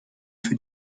für